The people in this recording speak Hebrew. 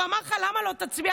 והוא אמר לך, למה לא תצביע?